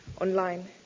online